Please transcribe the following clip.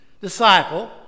disciple